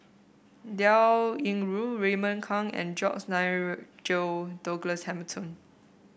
Liao Yingru Raymond Kang and George Nigel Douglas Hamilton